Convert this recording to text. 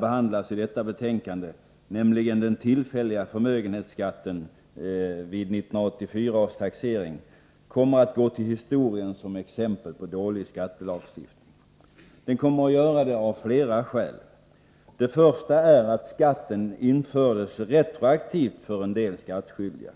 behandlas i detta betänkande, nämligen den tillfälliga förmögenhetsskatten vid 1984 års taxering, kommer att gå till historien såsom ett exempel på dålig skattelagstiftning. Den kommer att göra det av flera skäl. Skatten infördes retroaktivt för en del skattskyldiga.